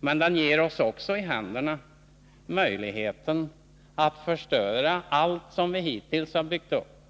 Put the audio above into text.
Men den ger oss också i händerna möjligheten att förstöra allt som vi hittills har byggt upp,